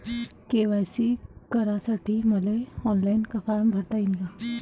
KYC करासाठी मले online form भरता येईन का?